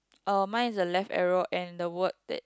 uh mine is the left arrow and the word that